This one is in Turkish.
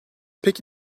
peki